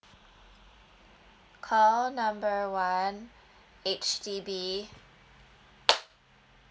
call number one H_D_B